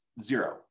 zero